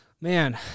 man